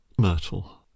Myrtle